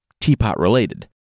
Teapot-related